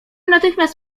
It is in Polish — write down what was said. natychmiast